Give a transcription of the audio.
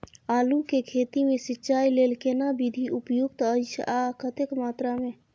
आलू के खेती मे सिंचाई लेल केना विधी उपयुक्त अछि आ कतेक मात्रा मे?